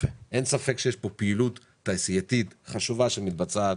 אין ספק שיש פה פעילות תעשייתית חשובה שמתבצעת,